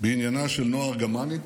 בעניינה של נועה ארגמני,